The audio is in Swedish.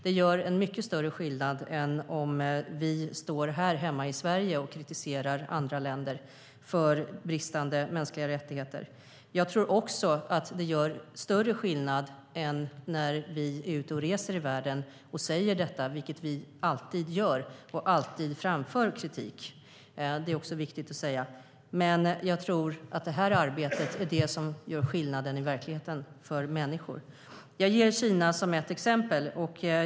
Det gör en mycket större skillnad än om vi står här hemma i Sverige och kritiserar andra länder för bristande mänskliga rättigheter. Jag tror också att det gör större skillnad än när vi är ute och reser i världen och framför denna kritik - vilket vi alltid gör; det är också viktigt att säga. Men jag tror att det här arbetet är det som gör skillnad i verkligheten för människor. Jag ger Kina som ett exempel.